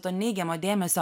to neigiamo dėmesio